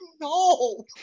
no